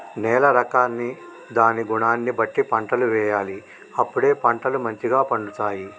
నేల రకాన్ని దాని గుణాన్ని బట్టి పంటలు వేయాలి అప్పుడే పంటలు మంచిగ పండుతాయి